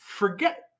Forget